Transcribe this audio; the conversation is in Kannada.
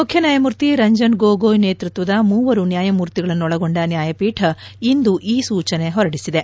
ಮುಖ್ಯನಾಯಮೂರ್ತಿ ರಂಜನ್ ಗೊಗೊಯ್ ನೇತೃತ್ವದ ಮೂವರು ನ್ಯಾಯಮೂರ್ತಿಗಳನ್ನು ಒಳಗೊಂಡ ನ್ಯಾಯಪೀಠ ಇಂದು ಈ ಸೂಚನೆ ಹೊರಡಿಸಿದೆ